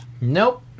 Nope